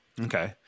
Okay